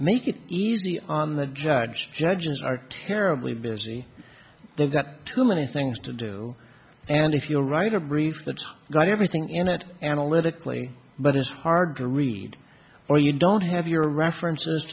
make it easy on the judge judges are terribly busy they've got too many things to do and if you write a brief that's got everything in it analytically but it's hard to read or you don't have your references